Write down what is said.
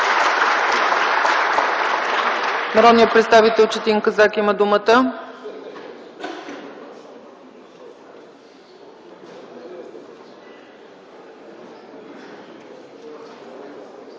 Народният представител Четин Казак има думата.